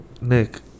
Nick